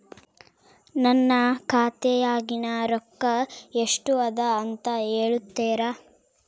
ನನ್ನ ಖಾತೆಯಾಗಿನ ರೊಕ್ಕ ಎಷ್ಟು ಅದಾ ಅಂತಾ ಹೇಳುತ್ತೇರಾ?